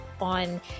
on